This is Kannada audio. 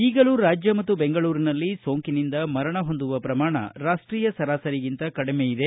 ಈಗಲೂ ರಾಜ್ಯ ಮತ್ತು ಬೆಂಗಳೂರಿನಲ್ಲಿ ಸೋಂಕಿನಿಂದ ಮರಣ ಹೊಂದುವ ಪ್ರಮಾಣ ರಾಷ್ಟೀಯ ಸರಾಸರಿಗಿಂತ ಕಡಿಮೆ ಇದೆ